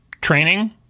training